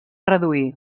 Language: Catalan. reduir